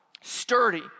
sturdy